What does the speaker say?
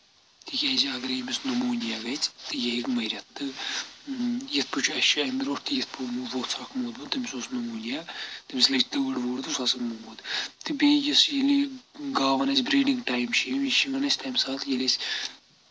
تِکیٛازِ اگرے ییٚمِس نَموٗنیا گَژھِ تہٕ یہِ ہیٚکہِ مٔرِتھ تہٕ یِتھ پٲٹھۍ چھُ اَسہِ چھُ امہِ برونٹھ تہِ یِتھ پٲٹھۍ ووٚژھ اکھ موٗدمُت تٔمِس اوس نموٗنیا تٔمِس لٔج تۭر وۭر تہٕ سُہ ہسا موٗد تہٕ بیٚیہِ یُس ییٚلہِ گاوَن آسہِ بریٖڈِنٛگ ٹایم چھِ یِم یہِ یِمن أسۍ تمہِ ساتہٕ ییٚلہِ أسۍ